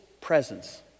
presence